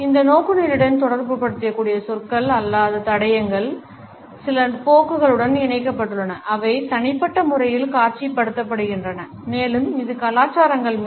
இந்த நோக்குநிலையுடன் தொடர்புபடுத்தக்கூடிய சொற்கள் அல்லாத தடயங்கள் சில போக்குகளுடன் இணைக்கப்பட்டுள்ளன அவை தனிப்பட்ட முறையில் காட்சிப்படுத்தப்படுகின்றன மேலும் இது கலாச்சாரங்கள் மீது